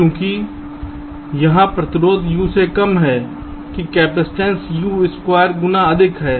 क्योंकि यहां प्रतिरोध U से कम है कि कैपेसिटेंस U2 गुना अधिक है